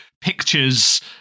pictures